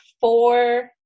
four